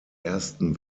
ersten